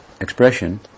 expression